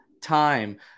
time